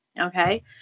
Okay